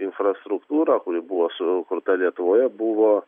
infrastruktūra kuri buvo sukurta lietuvoje buvo